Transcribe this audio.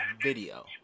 video